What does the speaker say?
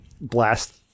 blast